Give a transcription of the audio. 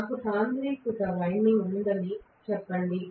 నాకు సాంద్రీకృత వైండింగ్ ఉందని చెప్పండి